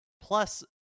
Plus